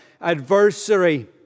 adversary